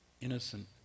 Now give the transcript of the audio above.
innocent